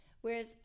whereas